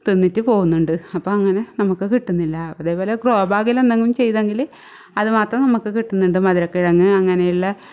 തിന്നിട്ട് പോകുന്നുണ്ട് അപ്പം അങ്ങനെ നമുക്ക് കിട്ടുന്നില്ല അതേപോലെ ഗ്രോബാഗില് എന്തെങ്കിലും ചെയ്തെങ്കിൽ അതുമാത്രം നമുക്ക് കിട്ടുന്നുണ്ട് മധുരക്കിഴങ്ങ് അങ്ങനെയുള്ള